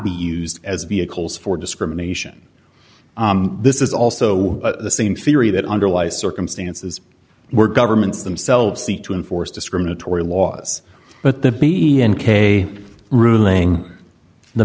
be used as vehicles for discrimination this is also the same theory that underlies circumstances were governments themselves see to enforce discriminatory laws but the be in k ruling the